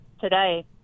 today